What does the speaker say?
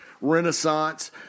renaissance